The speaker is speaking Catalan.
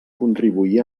contribuir